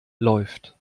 läuft